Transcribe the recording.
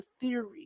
theory